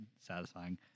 satisfying